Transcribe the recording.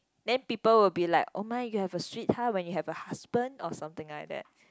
then people will be like oh my you have a sweetheart when you have a husband or something like that